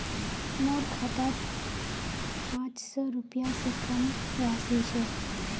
मोर खातात त पांच सौ रुपए स कम राशि छ